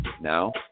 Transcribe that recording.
Now